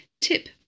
Tip